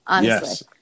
Yes